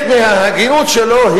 וחלק מההגינות שלו,